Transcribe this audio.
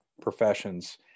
professions